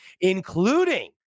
including